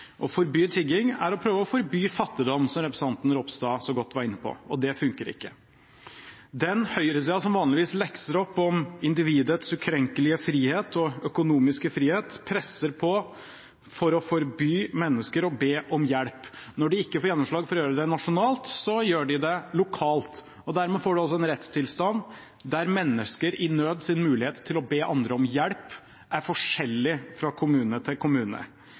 Å forby tigging er å prøve å forby fattigdom, som representanten Ropstad så godt var inne på. Og det funker ikke. Den høyresiden som vanligvis lekser opp om individets ukrenkelige frihet og økonomiske frihet, presser på for å forby mennesker å be om hjelp. Når de ikke får gjennomslag for å gjøre det nasjonalt, gjør de det lokalt. Dermed får man altså en rettstilstand der mennesker i nød sin mulighet til å be andre om hjelp er forskjellig fra kommune til kommune.